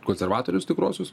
konservatorius tikruosius